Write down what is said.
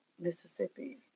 Mississippi